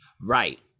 Right